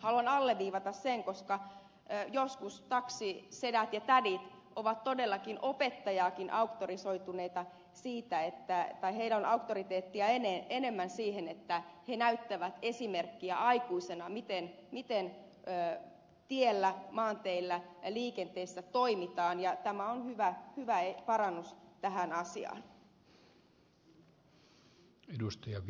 haluan alleviivata sen koska joskus taksisedillä ja tädeillä on todellakin opettajaa enemmän auktoriteettia siihen että he näyttävät esimerkkiä aikuisena miten tiellä maanteillä liikenteessä toimitaan ja tämä on hyvä parannus tähän asiaan